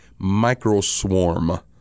microswarm